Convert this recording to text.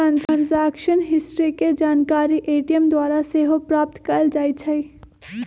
transaction history के जानकारी ATM द्वारा सेहो प्राप्त कएल जाइ छइ